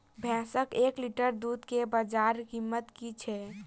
भैंसक एक लीटर दुध केँ बजार कीमत की छै?